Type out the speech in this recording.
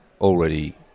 Already